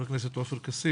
חבר הכנסת עופר כסיף.